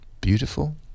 beautiful